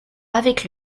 avec